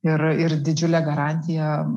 ir ir didžiulė garantija